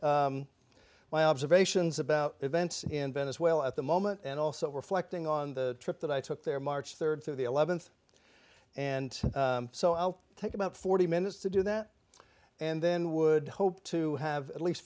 my observations about events in venezuela at the moment and also reflecting on the trip that i took their march third to the eleventh and so i'll take about forty minutes to do that and then we would hope to have at least